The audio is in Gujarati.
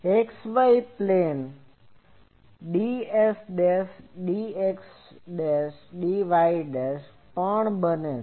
x y પ્લેનમાં ds dxdy પણ બને છે